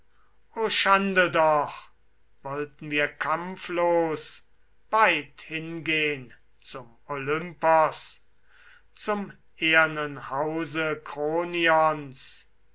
schande doch wollten wir kampflos beid hingehn zum olympos zum ehernen hause